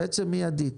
בעצם מיידית,